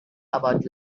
about